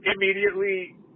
immediately